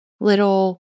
little